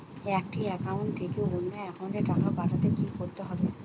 একটি একাউন্ট থেকে অন্য একাউন্টে টাকা পাঠাতে কি করতে হবে?